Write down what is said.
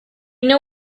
know